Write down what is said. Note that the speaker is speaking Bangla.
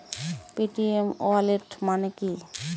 পেটিএম ওয়ালেট মানে কি?